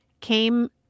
came